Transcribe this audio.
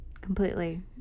Completely